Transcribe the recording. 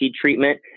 treatment